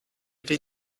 wie